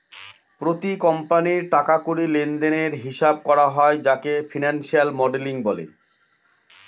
প্রতি কোম্পানির টাকা কড়ি লেনদেনের হিসাব করা হয় যাকে ফিনান্সিয়াল মডেলিং বলে